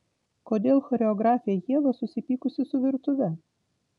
kodėl choreografė ieva susipykusi su virtuve